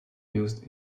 used